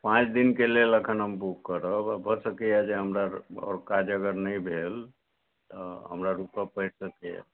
पाँच दिनके लेल अखन हम बुक करब आ भऽ सकैया जे हमरा आओर काज अगर नहि भेल तऽ हमरा रुकऽ पड़ि सकैया